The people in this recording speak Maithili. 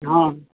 हँ